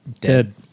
Dead